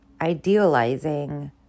idealizing